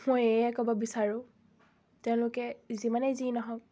মই এয়েই ক'ব বিচাৰোঁ তেওঁলোকে যিমানেই যি নহওঁক